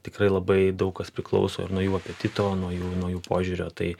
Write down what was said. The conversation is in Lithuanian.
tikrai labai daug kas priklauso ir nuo jų apetito nuo jų nuo jų požiūrio tai